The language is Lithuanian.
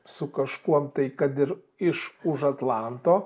su kažkuom tai kad ir iš už atlanto